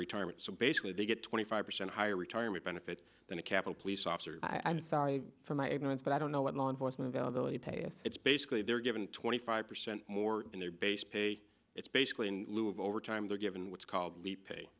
retirement so basically they get twenty five percent higher retirement benefits than a capital police officer i'm sorry for my ignorance but i don't know what law enforcement valvoline pay as it's basically they're given twenty five percent more than their base pay it's basically in lieu of overtime they're given what's called leap pay